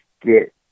get